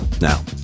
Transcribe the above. Now